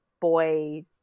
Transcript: boy